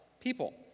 people